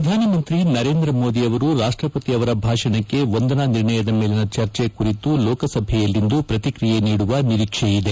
ಪ್ರಧಾನಮಂತ್ರಿ ನರೇಂದ್ರ ಮೋದಿ ರಾಷ್ಟ್ವಪತಿ ಅವರ ಭಾಷಣಕ್ಕೆ ವಂದನಾ ನಿರ್ಣಯದ ಮೇಲಿನ ಚರ್ಚೆ ಕುರಿತು ಲೋಕಸಭೆಯಲ್ಲಿಂದು ಪ್ರತಿಕ್ರಿಯೆ ನೀಡುವ ನಿರೀಕ್ಷೆ ಇದೆ